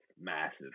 massive